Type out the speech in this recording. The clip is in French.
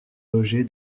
logé